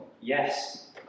yes